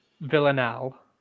Villanelle